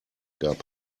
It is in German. gab